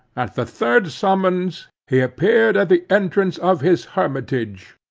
at the third summons, he appeared at the entrance of his hermitage.